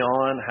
on